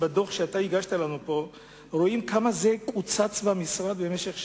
בדוח שהגשת לנו פה רואים כמה הנושא הזה קוצץ במשרד במשך שנים.